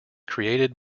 created